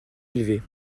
élevés